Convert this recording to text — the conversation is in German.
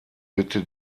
bitte